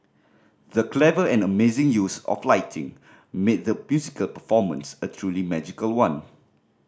the clever and amazing use of lighting made the musical performance a truly magical one